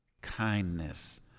kindness